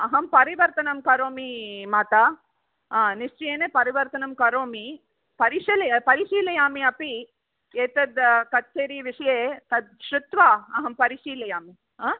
अहं परिवर्तनं करोमि मातः निश्चयेन परिवर्तनं करोमि परिशलय परिशीलयामि अपि एतद् कचेरि विषये तत् श्रुत्वा अहं परिशीलयामि हा